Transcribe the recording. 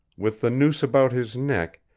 with the noose about his neck,